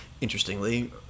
interestingly